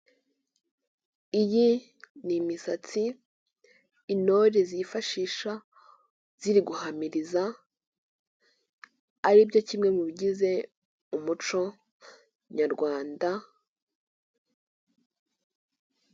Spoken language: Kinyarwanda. Iyi n'imisatsi intore zifashisha ziri guhamiriza ari byo kimwe mu bigize umuco nyarwanda...